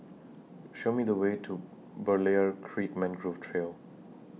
Show Me The Way to Berlayer Creek Mangrove Trail